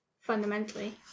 fundamentally